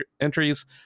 entries